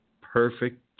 perfect